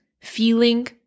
feeling